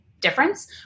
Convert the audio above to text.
difference